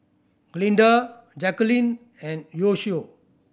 Glinda Jacalyn and Yoshio